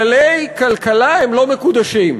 כללי כלכלה הם לא מקודשים.